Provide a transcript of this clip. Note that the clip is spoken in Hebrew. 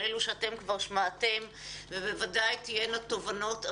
אלו שאתם כבר שמעתם ובוודאי תהיינה תובנות.